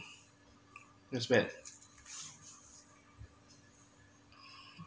that's bad